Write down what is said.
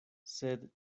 sed